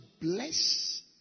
bless